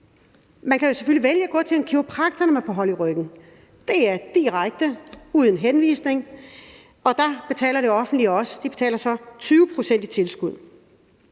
Man kan selvfølgelig vælge at gå til en kiropraktor, når man får hold i ryggen. Det er direkte og uden henvisning, og der betaler det offentlige også. De betaler 20 pct. i tilskud.